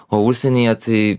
o užsienyje tai